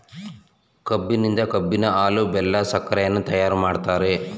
ಕಬ್ಬಿನಿಂದ ಕಬ್ಬಿನ ಹಾಲು, ಬೆಲ್ಲ, ಸಕ್ಕರೆಯನ್ನ ತಯಾರು ಮಾಡ್ತರೆ